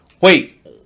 Wait